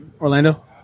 Orlando